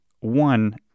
one